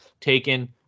taken